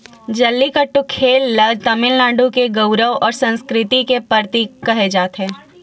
जल्लीकट्टू खेल ल तमिलनाडु के गउरव अउ संस्कृति के परतीक केहे जाथे